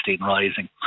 Rising